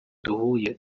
duhuye